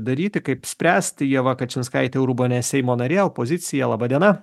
daryti kaip spręsti ieva kačinskaitė urbonienė seimo narė opozicija laba diena